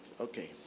Okay